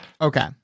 Okay